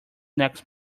next